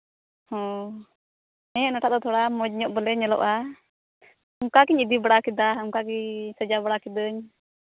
ᱦᱮᱸ ᱦᱮᱸ ᱚᱱᱟᱴᱟᱜ ᱫᱚ ᱛᱷᱚᱲᱟ ᱢᱚᱡᱽ ᱧᱚᱜ ᱵᱚᱞᱮ ᱧᱮᱞᱚᱜᱼᱟ ᱚᱱᱠᱟᱜᱤᱧ ᱤᱫᱤ ᱵᱟᱲᱟ ᱠᱮᱫᱟ ᱚᱱᱠᱟᱜᱮ ᱥᱟᱡᱟᱣ ᱵᱟᱲᱟ ᱠᱤᱫᱟᱹᱧ